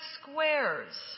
squares